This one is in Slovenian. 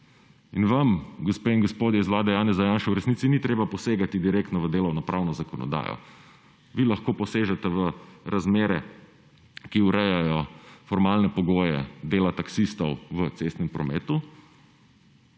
In vam, gospe in gospodje, iz vlade Janeza Janše v resnici ni treba posegati direktno v delovnopravno zakonodajo. Vi lahko posežete v razmere, ki urejajo formalne pogoje dela taksistov v cestnem prometu